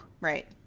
Right